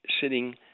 sitting